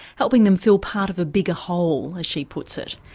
helping them feel part of a bigger whole, as she puts it,